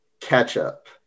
ketchup